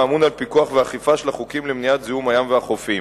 הממונה על פיקוח ואכיפה של החוקים למניעת זיהום הים והחופים.